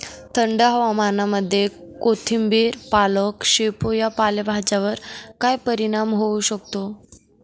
थंड हवामानामध्ये कोथिंबिर, पालक, शेपू या पालेभाज्यांवर काय परिणाम होऊ शकतो?